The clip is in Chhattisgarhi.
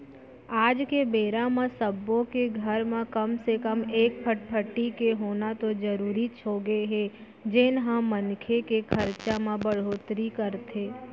आज के बेरा म सब्बो के घर म कम से कम एक फटफटी के होना तो जरूरीच होगे हे जेन ह मनखे के खरचा म बड़होत्तरी करथे